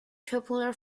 popular